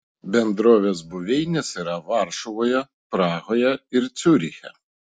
bendrovės buveinės yra varšuvoje prahoje ir ciuriche